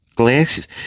glasses